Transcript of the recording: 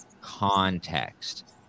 context